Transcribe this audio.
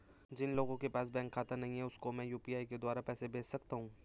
जिन लोगों के पास बैंक खाता नहीं है उसको मैं यू.पी.आई के द्वारा पैसे भेज सकता हूं?